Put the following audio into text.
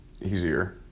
easier